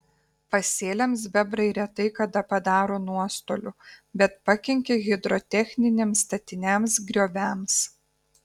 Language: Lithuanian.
pasėliams bebrai retai kada padaro nuostolių bet pakenkia hidrotechniniams statiniams grioviams